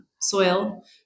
soil